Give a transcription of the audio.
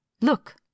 look